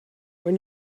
when